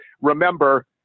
Remember